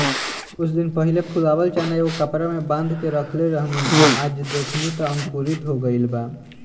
कुछ दिन पहिले फुलावल चना एगो कपड़ा में बांध के रखले रहनी आ आज देखनी त अंकुरित हो गइल बा